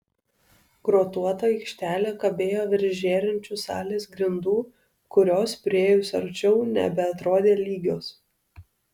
grotuota aikštelė kabėjo virš žėrinčių salės grindų kurios priėjus arčiau nebeatrodė lygios